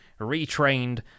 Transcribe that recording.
retrained